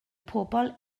pobl